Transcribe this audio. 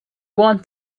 one